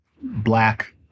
Black